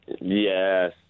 Yes